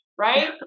right